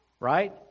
Right